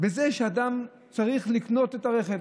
בזה שאדם צריך לקנות את הרכב.